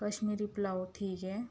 کشمیری پلاؤ ٹھیک ہے